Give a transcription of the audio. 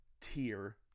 tier